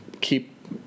keep